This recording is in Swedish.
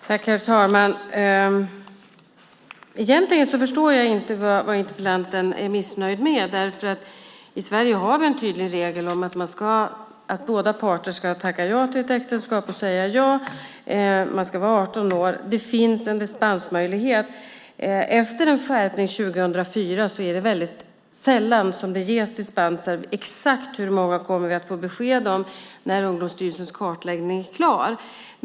Herr talman! Egentligen förstår jag inte vad interpellanten är missnöjd med, därför att i Sverige har vi en tydlig regel om att båda parter ska säga ja till ett äktenskap och att man ska vara 18 år. Men det finns en dispensmöjlighet. Efter en skärpning 2004 är det väldigt sällan som det ges dispenser. Exakt hur många kommer vi att få besked om när Ungdomsstyrelsens kartläggning är klar.